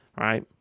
Right